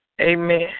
amen